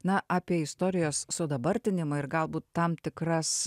na apie istorijos sudabartinimą ir galbūt tam tikras